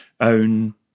own